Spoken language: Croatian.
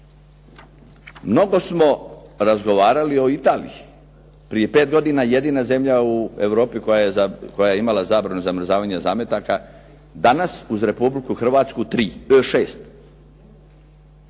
Mnogo smo razgovarali o Italiji. Prije pet godina jedina zemlja u Europi koja je imala zabranu zamrzavanja zametaka, danas uz Republiku Hrvatsku šest.